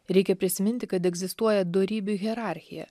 reikia prisiminti kad egzistuoja dorybių hierarchija